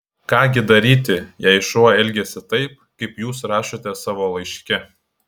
ką gi daryti jei šuo elgiasi taip kaip jūs rašote savo laiške